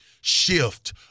shift